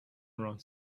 around